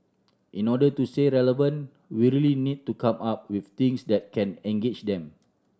in order to stay relevant we really need to come up with things that can engage them